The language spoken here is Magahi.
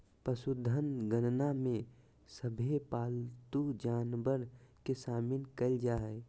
पशुधन गणना में सभे पालतू जानवर के शामिल कईल जा हइ